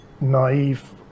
naive